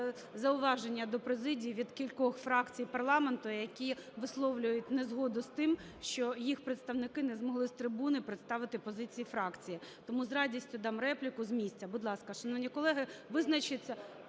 зауваження до президії від кількох фракцій парламенту, які висловлюють незгоду з тим, що їх представники не змогли з трибуни представити позиції фракції. Тому з радістю дам репліку з місця. Будь ласка. Шановні колеги, визначіться…